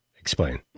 explain